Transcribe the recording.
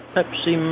Pepsi